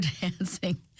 dancing